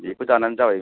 बेखौ जानानै जाबाय बे